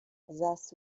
thus